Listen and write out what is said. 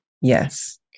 Yes